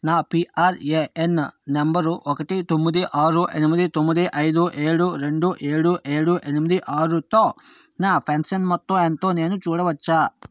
నా P R A N number ఒకటి తొమ్మిది ఆరు ఎనిమిది తొమ్మిది ఐదు ఏడు రెండు ఏడు ఏడు ఎనిమిది ఆరుతో నా పెన్షన్ మొత్తం ఎంతో నేను చూడవచ్చా